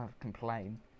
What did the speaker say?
complain